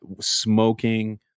smoking